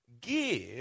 Give